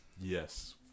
Yes